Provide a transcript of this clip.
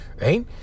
right